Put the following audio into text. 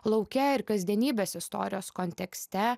lauke ir kasdienybės istorijos kontekste